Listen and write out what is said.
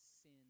sin